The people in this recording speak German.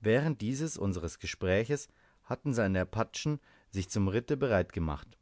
während dieses unseres gespräches hatten seine apachen sich zum ritte bereit gemacht